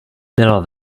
bylo